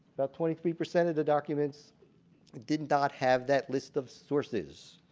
about twenty three percent of the documents did not have that list of sources.